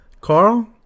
carl